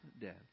dead